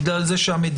בגלל זה שהמדינה,